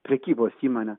prekybos įmonę